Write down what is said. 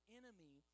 enemy